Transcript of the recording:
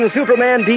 Superman